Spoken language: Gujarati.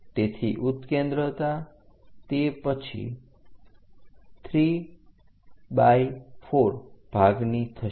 જેથી ઉત્કેન્દ્રતા તે પછી ¾ ભાગની થશે